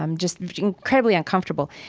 um just incredibly uncomfortable.